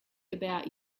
about